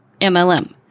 MLM